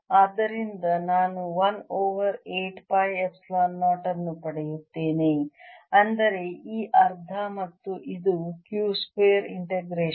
ಆದ್ದರಿಂದ ನಾನು 1 over 8 pi epsilon 0 ಅನ್ನು ಪಡೆಯುತ್ತೇನೆ ಅಂದರೆ ಈ ಅರ್ಧ ಮತ್ತು ಇದು Q ಸ್ಕ್ವೇರ್ ಇಂಟಿಗ್ರೇಷನ್